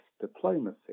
diplomacy